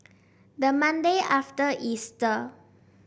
the Monday after Easter